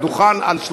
נגד,